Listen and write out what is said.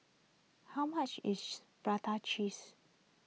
how much is Prata Cheese